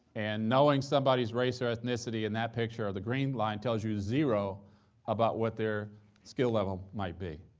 and knowing somebody's race or ethnicity in that picture, or the green line, tells you zero about what their skill level might be,